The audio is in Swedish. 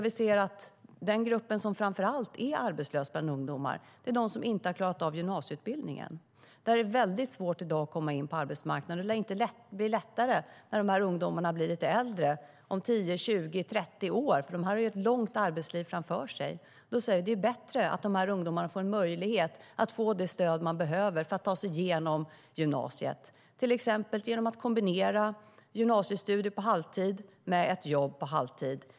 Vi ser att de som framför allt är arbetslösa bland ungdomar är de som inte har klarat av gymnasieutbildningen. För dem är det väldigt svårt i dag att komma in på arbetsmarknaden, och det lär inte bli lättare när de här ungdomarna blir lite äldre, om 10, 20, 30 år. De har ett långt arbetsliv framför sig. Då säger vi: Det är bättre att de ungdomarna får en möjlighet att få det stöd de behöver för att ta sig igenom gymnasiet, till exempel genom att kombinera gymnasiestudier på halvtid med ett jobb på halvtid.